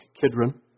Kidron